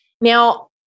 Now